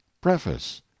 preface